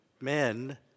men